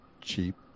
cheap